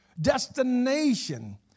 Destination